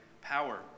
power